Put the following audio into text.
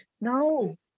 no